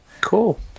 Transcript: Cool